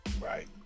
right